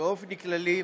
באופן כללי,